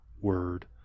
word